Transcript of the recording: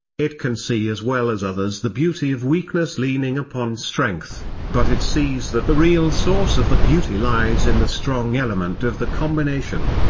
it can see as well as others the beauty of weakness leaning upon strength but it sees that the real source of the beauty lies in the strong element of the combination.